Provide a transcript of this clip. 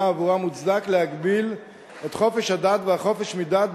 שעבורה מוצדק להגביל את חופש הדת והחופש מדת,